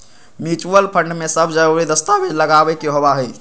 mutual fund में सब जरूरी दस्तावेज लगावे के होबा हई